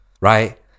right